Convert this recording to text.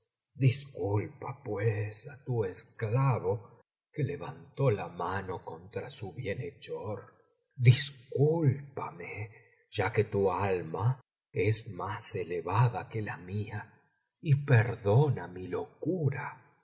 disculpa pues á tu esclavo que levantó la mano contra su bienhechor discúlpame ya que tu alma es más elevada que la mía y perdona mi locura